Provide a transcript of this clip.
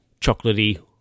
chocolatey